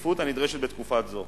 בדחיפות הנדרשת בתקופה זו.